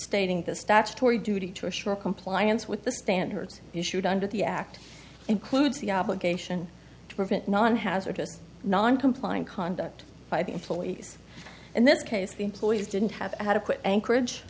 stating the statutory duty to assure compliance with the standards issued under the act includes the obligation to prevent non hazardous non compliant conduct by the employees in this case the employees didn't have adequate anchorage